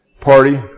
party